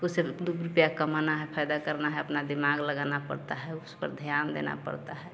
उसे दो रुपया कमाना है फायदा करना है अपना दिमाग लगाना पड़ता है उस पर ध्यान देना पड़ता है